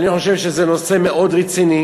אני חושב שזה נושא מאוד רציני,